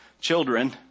children